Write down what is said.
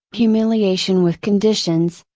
humiliation with conditions,